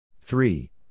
three